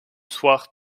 soir